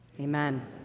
Amen